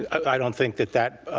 i don't think that that